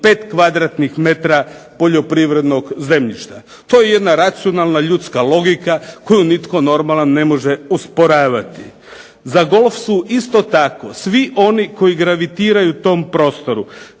kupiti 5m2 poljoprivrednog zemljišta. To je jedna racionalna ljudska logika koju nitko normalan ne može osporavati. Za golf su isto tako svi oni koji gravitiraju tom prostoru.